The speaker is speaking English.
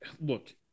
Look